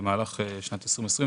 במהלך שנת 2020,